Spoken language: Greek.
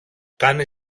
κάνει